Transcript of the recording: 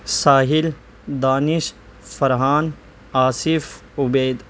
Sahil Danish Farhan Asif Ubaid